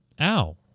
Ow